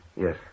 Yes